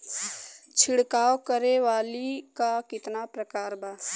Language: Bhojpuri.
छिड़काव करे वाली क कितना प्रकार बा?